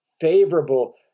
favorable